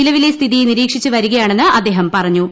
നിലവിലെ സ്ഥിതി നിരീക്ഷിച്ച് വരികയാണെന്ന് അദ്ദേഹം പറഞ്ഞു